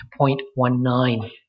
0.19